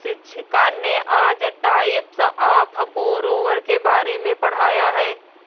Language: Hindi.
शिक्षिका ने आज टाइप्स ऑफ़ बोरोवर के बारे में पढ़ाया है